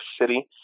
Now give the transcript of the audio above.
City